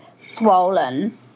swollen